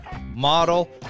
model